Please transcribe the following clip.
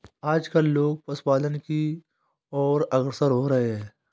आजकल लोग पशुपालन की और अग्रसर हो रहे हैं